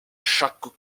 chaque